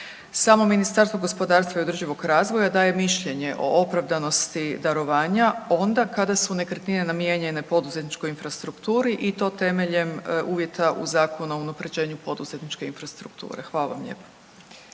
Samo Ministarstvo gospodarstva i održivog razvoja daje mišljenje o opravdanosti darovanja onda kada su nekretnine namijenjene poduzetničkoj infrastrukturi i to temeljem uvjeta u Zakonu o unapređenju poduzetničke infrastrukture. Hvala vam lijepo.